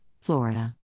Florida